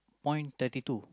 point thirty two